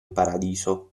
paradiso